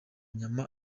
nyama